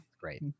Great